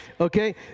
Okay